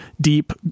deep